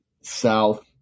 south